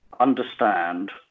understand